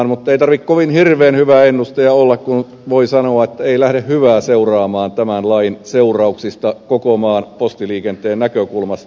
mutta ei tarvitse kovin hirveän hyvä ennustaja olla kun voi sanoa että ei lähde hyvää seuraamaan tämän lain seurauksista koko maan postiliikenteen näkökulmasta